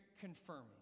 confirming